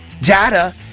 data